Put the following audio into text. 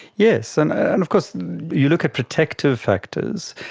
yes, and and of course you look at protective factors,